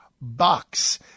box